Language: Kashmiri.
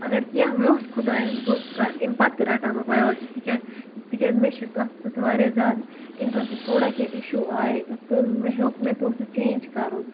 اَگر کیٚنٛہہ یوٚژھ خداین بہٕ کرٕ اَمہِ پَتہٕ تہِ رَٹہٕ ہا بہٕ بیولجی تِکیازِ تکیازِ مےٚ چھُ تَتھ سۭتۍ واریاہ زیادٕ اِنٹرَسٹ تھوڑا کیٚنٛہہ اِشوٗ آیہِ تہٕ مےٚ ہیوٚ مےٚ پیوٚو سُہ چینج کَرُن